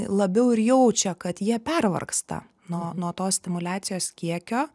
labiau ir jaučia kad jie pervargsta nuo nuo to stimuliacijos kiekio